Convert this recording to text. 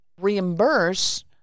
reimburse